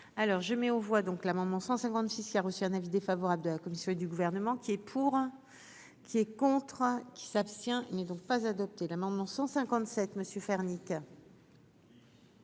donc je mets aux voix l'amendement 157 qui a reçu un avis défavorable de la commission du gouvernement qui est pour, qui est contre qui s'abstient, il n'est pas adopté l'amendement 158 Monsieur faire